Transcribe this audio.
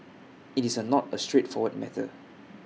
IT is are not A straightforward matter